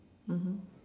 mmhmm